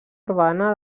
urbana